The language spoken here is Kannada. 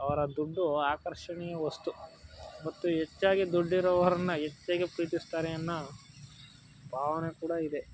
ಅವರ ದುಡ್ಡು ಆಕರ್ಷಣೀಯ ವಸ್ತು ಮತ್ತು ಹೆಚ್ಚಾಗಿ ದುಡ್ಡಿರೋವ್ರನ್ನು ಹೆಚ್ಚಾಗಿ ಪ್ರೀತಿಸ್ತಾರೆ ಅನ್ನೋ ಭಾವನೆ ಕೂಡ ಇದೆ